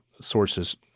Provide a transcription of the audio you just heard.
sources